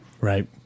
Right